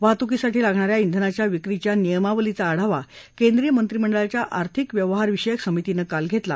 वाहतुकीसाठी लागणा या श्विनाच्या विक्रीच्या नियमावलीचा आढावा केंद्रीय मंत्रिमंडळाच्या आर्थिक व्यवहार विषयक समितीनं काल घेतला